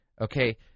Okay